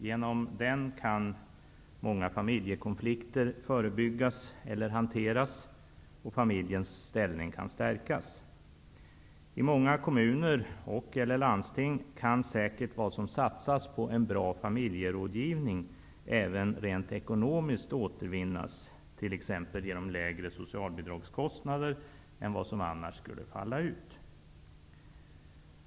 Med hjälp av den kan många familjekonflikter förebyggas eller hanteras och familjens ställning stärkas. I många kommuner och/eller landsting kan säkert vad som satsas på en bra familjerådgivning även rent ekonomiskt återvinnas t.ex. genom lägre socialbidragskostnader än vad som annars skulle falla ut.